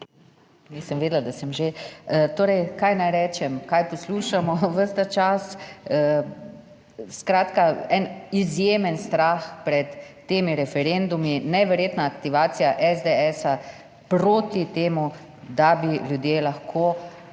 Nisem vedela, da sem že, torej, kaj naj rečem, kaj poslušamo ves ta čas. Skratka, en izjemen strah pred temi referendumi, neverjetna aktivacija SDS proti temu, da bi ljudje lahko